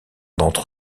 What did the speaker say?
d’entre